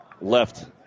left